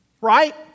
Right